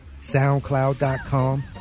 soundcloud.com